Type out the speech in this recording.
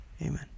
Amen